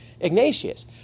Ignatius